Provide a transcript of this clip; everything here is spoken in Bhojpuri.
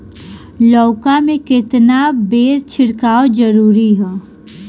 लउका में केतना बेर छिड़काव जरूरी ह?